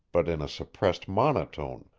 but in a suppressed monotone.